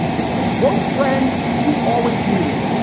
it's the woak friend you always needed,